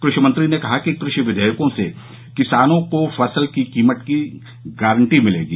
कृषि मंत्री ने कहा कि कृषि विधेयकों से किसानों को फसल की कीमत की गारंटी मिलेगी